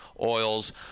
oils